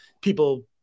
people